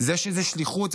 זה שזו שליחות,